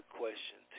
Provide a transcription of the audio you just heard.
question